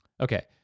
Okay